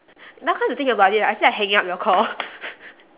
now come to think about it right I feel like hanging up your call